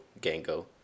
Gango